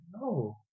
no